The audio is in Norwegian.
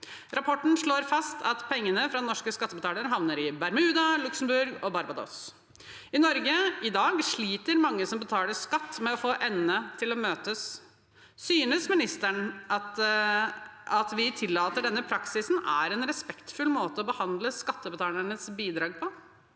Rapporten slår fast at pengene fra norske skattebetalere havner i Bermuda, i Luxembourg og på Barbados. I Norge i dag sliter mange som betaler skatt, med å få endene til å møtes. Synes ministeren at det at vi tillater denne praksisen, er en respektfull måte å behandle skattebetalernes bidrag på?